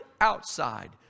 outside